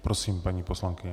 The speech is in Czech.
Prosím, paní poslankyně.